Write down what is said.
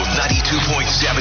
92.7